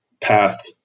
path